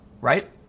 right